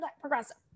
progressive